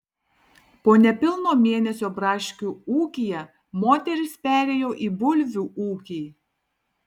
po nepilno mėnesio braškių ūkyje moteris perėjo į bulvių ūkį